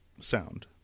sound